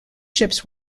ships